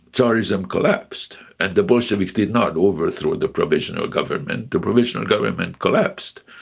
tsarism collapsed, and the bolsheviks did not overthrow the provisional government, the provisional government collapsed,